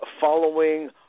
following